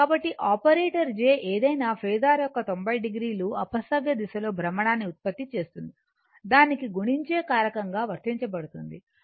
కాబట్టి operator j ఏదైనా phasor యొక్క 90o అపసవ్య దిశలో భ్రమణాన్ని ఉత్పత్తి చేస్తుంది దానికి గుణించే కారకంగా వర్తించబడుతుంది అంటే j 2 1 కు సమానం